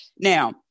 Now